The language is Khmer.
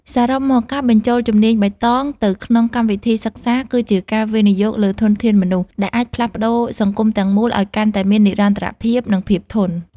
សរុបមក ការបញ្ចូលជំនាញបៃតងទៅក្នុងកម្មវិធីសិក្សា គឺជាការវិនិយោគលើធនធានមនុស្ស ដែលអាចផ្លាស់ប្តូរសង្គមទាំងមូលឱ្យកាន់តែមាននិរន្តរភាព និងភាពធន់។